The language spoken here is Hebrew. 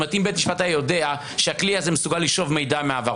אם בית המשפט היה יודע שהכלי הזה מסוגל לשאוב מידע מהעבר,